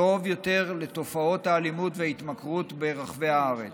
טוב יותר לתופעות האלימות וההתמכרות ברחבי הארץ.